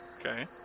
Okay